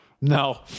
No